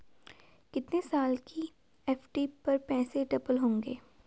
कितने साल की एफ.डी पर पैसे डबल होंगे?